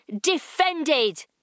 defended